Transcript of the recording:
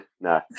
no